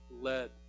led